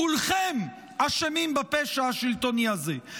כולכם אשמים בפשע השלטוני הזה.